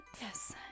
Yes